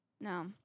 No